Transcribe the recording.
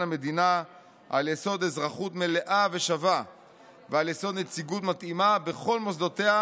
המדינה על יסוד אזרחות מלאה ושווה ועל יסוד נציגות מתאימה בכל מוסדותיה,